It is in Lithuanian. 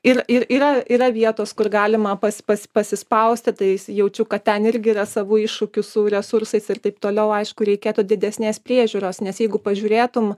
ir ir yra yra vietos kur galima pas pas pasispausti tais jaučiu kad ten irgi yra savų iššūkių su resursais ir taip toliau aišku reikėtų didesnės priežiūros nes jeigu pažiūrėtum